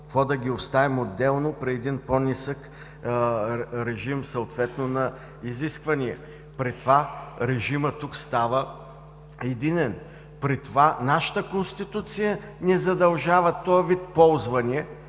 Какво, да ги оставим отделно при един съответно по-нисък режим на изисквания ли?! При това, режимът тук става единен. При това нашата Конституция ни задължава този вид ползвания